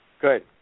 Good